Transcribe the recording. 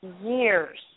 years